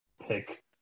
pick